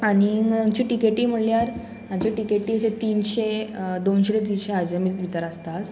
आनी आमची टिकेटी म्हणल्यार हांगचे टिकेटी अशे तिनशे दोनशे ते तीनशे हाजेमी भितर आसताच